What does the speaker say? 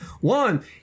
One